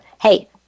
Hey